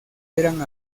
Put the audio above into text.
eran